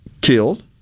killed